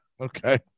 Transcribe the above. Okay